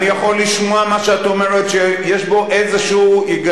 אני יכול לשמוע מה שאת אומרת שיש בו איזה היגיון.